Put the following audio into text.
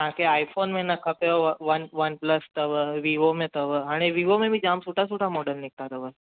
तव्हां खे आई फ़ोन में न खपे वन वन प्लस अथव वीवो में अथव हाणे वीवो में बि जामु सुठा सुठा मॉडल निकिता अथव